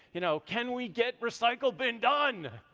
you know can we get recycle bin done,